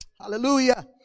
hallelujah